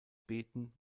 beten